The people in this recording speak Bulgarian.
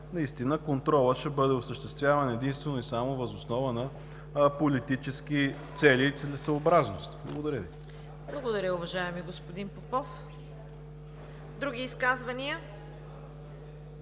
Наистина контролът ще бъде осъществяван единствено и само въз основа на политически цели и целесъобразност. Благодаря Ви. ПРЕДСЕДАТЕЛ ЦВЕТА КАРАЯНЧЕВА: Благодаря, уважаеми господин Попов. Други изказвания?